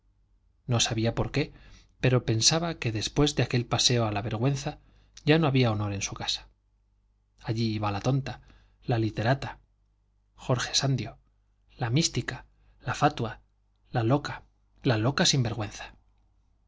no sabía por qué pero pensaba que después de aquel paseo a la vergüenza ya no había honor en su casa allí iba la tonta la literata jorge sandio la mística la fatua la loca la loca